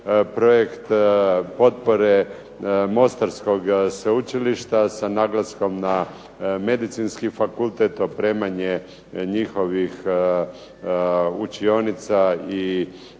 projekt potpore mostarskog sveučilišta, sa naglaskom na medicinski fakultet, opremanje njihovih učionica i